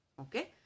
okay